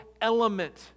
element